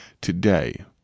today